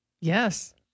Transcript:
Yes